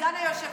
נושא